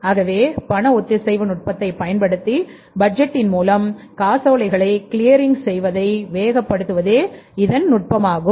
ஆகவே பண ஒத்திசைவு நுட்பத்தைப் பயன்படுத்தி பட்ஜெட்டின் மூலம் காசோலைகளின்கிளியரிங்ங்கை வேக படுத்தலாம்